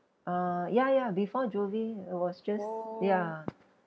uh ya ya before jovie it was just ya